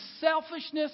selfishness